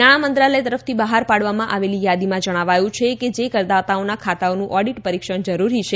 નાણાં મંત્રાલય તરફથી બહાર પાડવામાં આવેલી યાદીમાં જણાવાયું છે કે જે કરદાતાઓના ખાતાઓનું ઓડિટ પરિક્ષણ જરૂરી છે